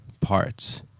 parts